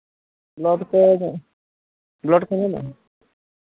blood ᱠᱚ blood ᱠᱚ ᱧᱟᱢᱚᱜᱼᱟ